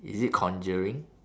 is it conjuring